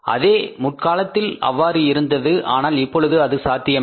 அதே முற்காலத்தில் அவ்வாறு இருந்தது ஆனால் இப்பொழுது அது சாத்தியமில்லை